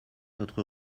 notre